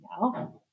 now